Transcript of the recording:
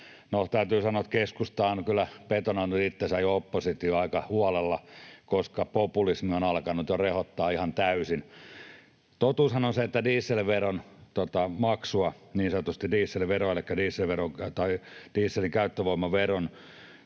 täytyy sanoa, että keskusta on kyllä betonoinut itsensä jo oppositioon aika huolella, koska populismi on alkanut jo rehottaa ihan täysin. Totuushan on se, että dieselveron maksun, dieselin käyttövoimaveron